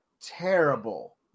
terrible